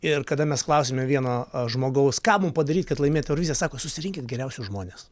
ir kada mes klausiame vieno žmogaus ką mum padaryt kad laimėt euroviziją sako susirinkit geriausius žmones